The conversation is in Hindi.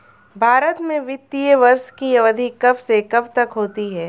भारत में वित्तीय वर्ष की अवधि कब से कब तक होती है?